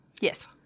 Yes